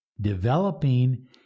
developing